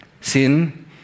Sin